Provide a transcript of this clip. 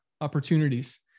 opportunities